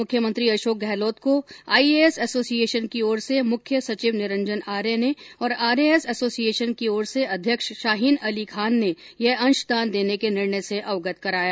मुख्यमंत्री अशोक गहलोत को IAS association की ओर से मुख्य सचिव निरंजन आर्य ने और आरएएस एसोसिएशन की ओर से अध्युक्ष शाहीन अली खान ने यह अंशदान देने के निर्णय से अवगत कराया